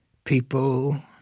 people